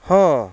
ହଁ